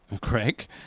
Craig